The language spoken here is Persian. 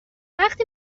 وقتی